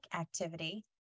activity